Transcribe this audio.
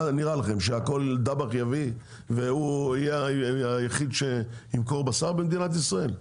מה נראה לכם שהכול דבאח יביא והוא יהיה היחיד שימכור בשר במדינת ישראל?